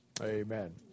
Amen